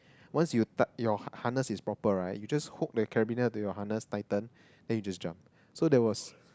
once you tou~ your harness is proper right you just hook the carabiner to your harness tighten then you just jump so there was